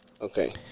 Okay